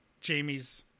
Jamie's